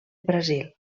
brasil